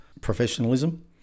professionalism